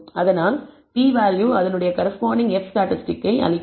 இதனால் p value அதனுடைய corresponding F statistic ஐ அளிக்கிறது